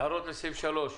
הערות לסעיף 3?